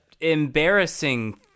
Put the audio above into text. embarrassing